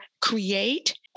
create